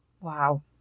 wow